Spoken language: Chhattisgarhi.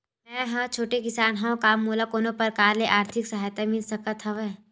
मै ह छोटे किसान हंव का मोला कोनो प्रकार के आर्थिक सहायता मिल सकत हवय?